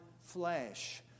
flesh